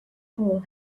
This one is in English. hole